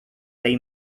ley